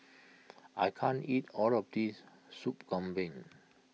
I can't eat all of this Sup Kambing